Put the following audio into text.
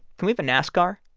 can we have a nascar.